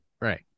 right